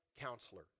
counselor